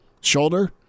shoulder